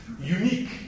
unique